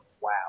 wow